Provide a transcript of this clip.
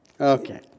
Okay